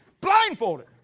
blindfolded